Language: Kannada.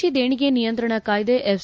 ವಿದೇಶಿ ದೇಣಿಗೆ ನಿಯಂತ್ರಣ ಕಾಯ್ದೆ ಎಫ್